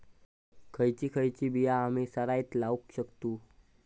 खयची खयची बिया आम्ही सरायत लावक शकतु?